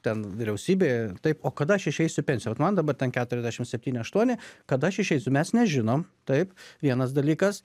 ten vyriausybė taip o kada aš išeisiu į pensiją vat man dabar ten keturiasdešimt septyni aštuoni kada aš išeisiu mes nežinom taip vienas dalykas